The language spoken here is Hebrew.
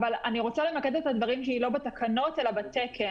אבל אני רוצה למקד את הדברים שלי לא בתקנות אלא בתקן.